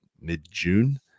mid-june